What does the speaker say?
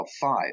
Five